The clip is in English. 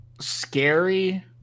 scary